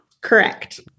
Correct